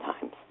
times